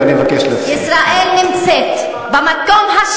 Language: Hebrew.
הכובש שמצדיק את עצמו יום-יום.